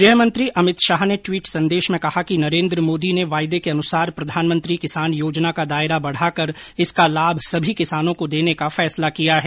गृह मंत्री अमित शाह ने टवीट संदेश में कहा कि नरेन्द्र मोदी ने वायदे के अनुसार प्रधानमंत्री किसान योजना का दायरा बढ़ाकर इसका लाभ सभी किसानों को देने का फैसला किया है